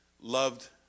loved